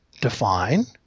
define